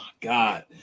god